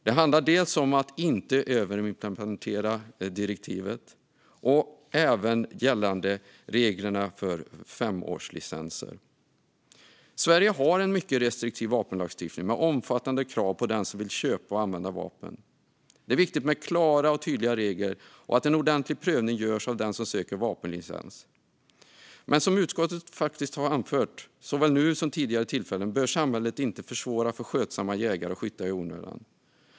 De handlar dels om att inte överimplementera direktivet, dels om reglerna för femårslicenser. Sverige har en mycket restriktiv vapenlagstiftning med omfattande krav på den som vill köpa och använda vapen. Det är viktigt med klara och tydliga regler och att en ordentlig prövning görs av den som söker vapenlicens. Men som utskottet har anfört, såväl nu som vid tidigare tillfällen, bör samhället inte försvåra för skötsamma jägare och skyttar i onödan.